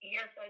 Yes